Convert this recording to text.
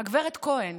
הגב' כהן